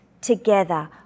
together